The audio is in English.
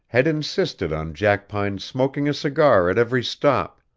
had insisted on jackpine's smoking a cigar at every stop,